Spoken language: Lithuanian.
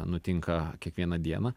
nutinka kiekvieną dieną